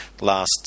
last